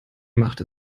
machte